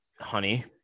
honey